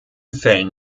fällen